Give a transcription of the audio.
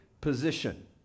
position